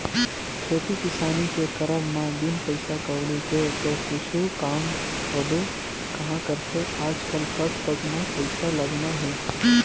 खेती किसानी के करब म बिन पइसा कउड़ी के तो कुछु काम होबे काँहा करथे आजकल पग पग म पइसा लगना हे